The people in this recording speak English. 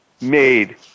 made